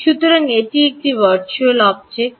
সুতরাং এটি একটি ভার্চুয়াল অবজেক্ট